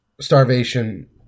starvation